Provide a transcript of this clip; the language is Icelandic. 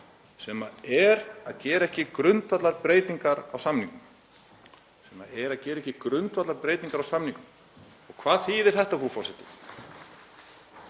sem er að gera ekki grundvallarbreytingar á samningunum.“ Hvað þýðir þetta, frú forseti?